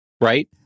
right